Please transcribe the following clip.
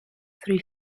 three